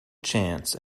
chance